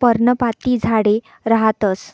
पर्णपाती झाडे रहातंस